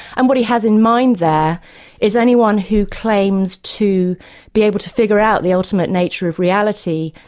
and what he has in mind there is anyone who claims to be able to figure out the ultimate nature of reality,